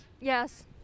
Yes